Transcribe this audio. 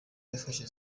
yafashe